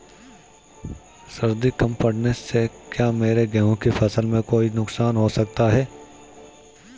सर्दी कम पड़ने से क्या मेरे गेहूँ की फसल में कोई नुकसान हो सकता है?